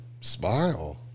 smile